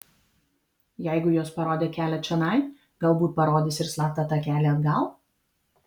jeigu jos parodė kelią čionai galbūt parodys ir slaptą takelį atgal